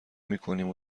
میکنیم